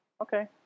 Okay